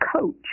coach